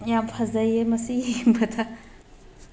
ꯌꯥꯝ ꯐꯖꯩꯌꯦ ꯃꯁꯤ ꯌꯦꯡꯕꯗ